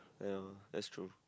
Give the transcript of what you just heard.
ya that's true